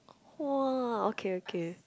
!wah! okay okay